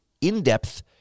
in-depth